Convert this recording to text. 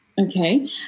Okay